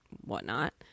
whatnot